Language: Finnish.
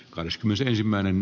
varapuhemies